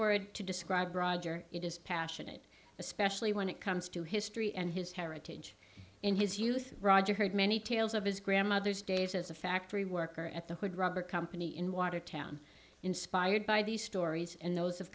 word to describe roger it is passionate especially when it comes to history and his heritage in his youth roger heard many tales of his grandmother's days as a factory worker at the hood rubber company in watertown inspired by these stories and those